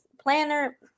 planner